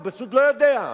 הוא פשוט לא יודע,